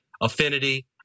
affinity